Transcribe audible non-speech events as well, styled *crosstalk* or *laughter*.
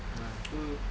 ah tu *noise*